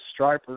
stripers